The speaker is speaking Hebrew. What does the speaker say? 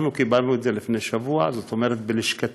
אנחנו קיבלנו את זה לפני שבוע, כלומר ללשכתי